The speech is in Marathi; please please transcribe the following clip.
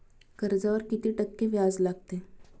कर्जावर किती टक्के व्याज लागते?